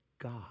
God